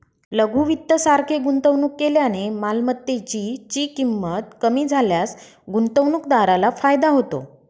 लघु वित्त सारखे गुंतवणूक केल्याने मालमत्तेची ची किंमत कमी झाल्यास गुंतवणूकदाराला फायदा होतो